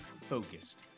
Focused